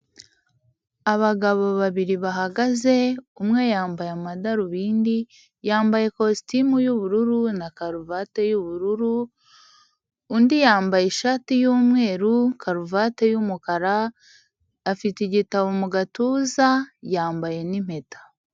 Abagabo babiri bahagaze, umwe yambaye amadarubindi, yambaye kositimu y'ubururu na karuvati y'ubururu, undi yambaye ishati y'umweru, karuvati y'umukara, afite igitabo mu gatuza, yambaye n'impeta.